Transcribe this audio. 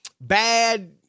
bad